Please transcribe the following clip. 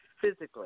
physically